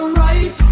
right